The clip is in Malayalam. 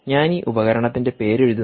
ഞാൻ ഈ ഉപകരണത്തിന്റെ പേര് എഴുതുന്നു